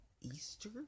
Easter